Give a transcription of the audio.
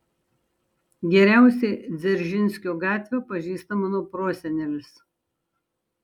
geriausiai dzeržinskio gatvę pažįsta mano prosenelis